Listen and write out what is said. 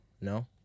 No